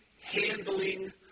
handling